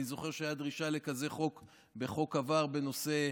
אני זוכר שהייתה דרישה לכזה חוק בחוק עבר בנושא,